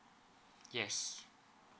yes